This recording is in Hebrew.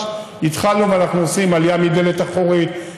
התחלנו ואנחנו עושים: עלייה מדלת אחורית,